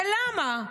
ולמה,